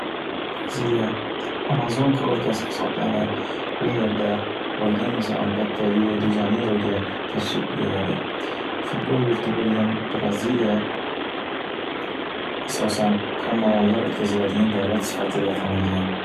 Braziliya amazonka o’lkasi hisoblanib, bu yerda borgan inson albatta Rio de Janeyroga tashrif buyuradi. Futbol yurti bo’lgan Braziliya asosan karnavallar o’tkaziladigan davlat sifatida tanilgan.